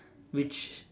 which